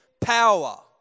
power